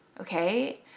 okay